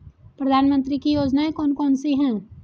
प्रधानमंत्री की योजनाएं कौन कौन सी हैं?